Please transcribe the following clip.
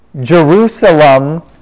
Jerusalem